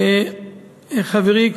חברי,